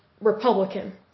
Republican